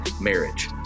marriage